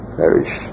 perish